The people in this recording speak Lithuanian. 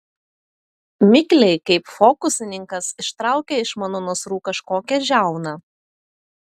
mikliai kaip fokusininkas ištraukė iš mano nasrų kažkokią žiauną